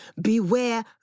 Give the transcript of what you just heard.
beware